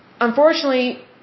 unfortunately